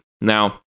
now